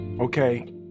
Okay